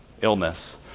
illness